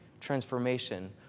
transformation